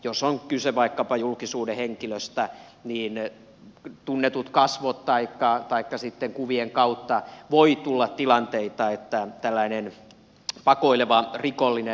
jos on kyse vaikkapa julkisuuden henkilöstä niin on tunnetut kasvot taikka sitten kuvien kautta voi tulla tilanteita että tällainen pakoileva rikollinen löydetään